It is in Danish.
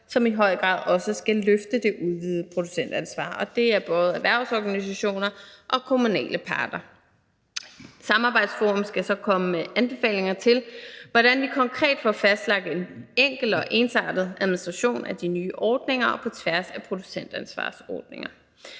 som i høj grad også skal løfte det udvidede producentansvar, og det er både erhvervsorganisationer og kommunale parter. Det samarbejdsforum skal så komme med anbefalinger til, hvordan vi konkret får fastlagt en enkel og ensartet administration af de nye ordninger og på tværs af producentansvarsordninger.